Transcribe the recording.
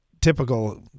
typical